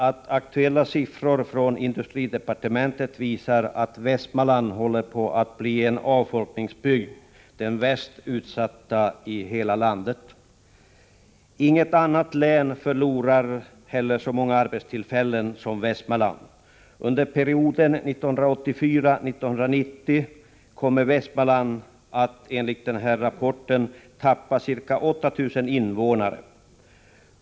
Aktuella siffror från industridepartementet visar nämligen att Västmanland håller på att bli en avfolkningsbygd, den mest utsatta i hela landet. Inget annat län förlorar heller så många arbetstillfällen som Västmanland. Under perioden 1984-1990 kommer Västmanland enligt industridepartementets rapport att förlora ca 8 000 invånare.